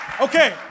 okay